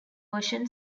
version